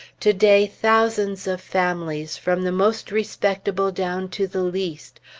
to-day, thousands of families, from the most respectable down to the least,